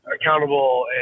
accountable